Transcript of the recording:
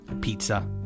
pizza